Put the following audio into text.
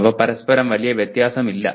അവ പരസ്പരം വലിയ വ്യത്യാസമില്ല